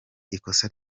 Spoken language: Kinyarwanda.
ikosa